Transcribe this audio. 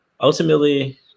Ultimately